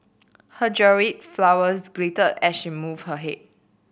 her jewelled flowers glittered as she moved her head